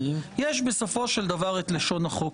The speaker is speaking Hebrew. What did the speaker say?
יש בסופו של דבר את לשון החוק.